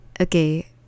Okay